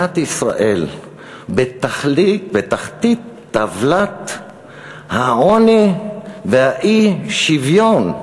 מדינת ישראל, בתחתית טבלת העוני והאי-שוויון.